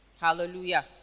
Hallelujah